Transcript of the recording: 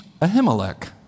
Ahimelech